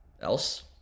else